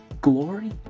Glory